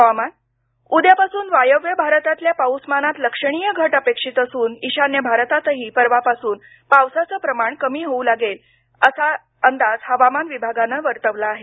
हवामान उद्यापासून वायव्य भारतातल्या पाऊसमानात लक्षणीय घट अपेक्षित असून ईशान्य भारतातही परवापासून पावसाचं प्रमाण कमी होऊ लागेल असा अंदाज हवामान विभागानं वर्तवला आहे